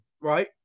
right